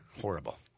Horrible